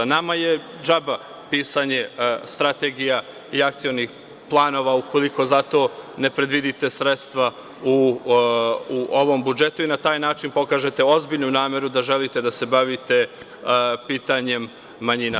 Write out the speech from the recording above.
Nama je džaba pisanje strategija i akcionih planova ukoliko za to ne predvidite sredstva u ovom budžetu i na taj način ne pokažete ozbiljnu nameru da želite da se bavite pitanjem manjina.